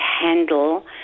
handle